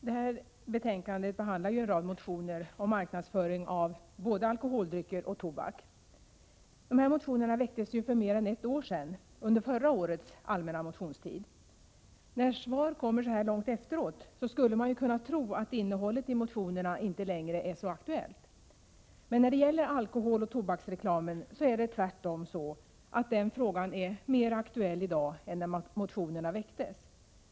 Herr talman! Detta betänkande behandlar en rad motioner om marknadsföring av alkoholdrycker och tobak m.m. Dessa motioner väcktes för mer än ett år sedan under förra årets allmänna motionstid. När svar kommer så här långt efteråt, skulle man kunna tro att innehållet i motionerna inte längre är så aktuellt. Men när det gäller alkoholoch tobaksreklamen är det tvärtom så att den frågan är mer aktuell i dag än när motionerna väcktes.